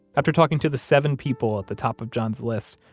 after talking to the seven people at the top of john's list,